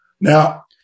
Now